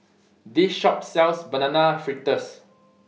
This Shop sells Banana Fritters